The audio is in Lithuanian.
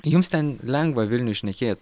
jums ten lengva vilniuj šnekėt